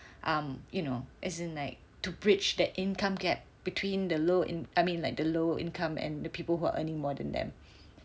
um you know as in like to bridge the income gap between the low in I mean like the low income and the people who are earning more than them